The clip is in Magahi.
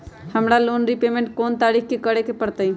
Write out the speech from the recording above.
हमरा लोन रीपेमेंट कोन तारीख के करे के परतई?